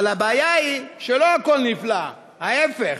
אבל הבעיה היא שלא הכול נפלא, ההפך: